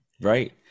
right